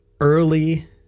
early